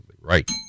right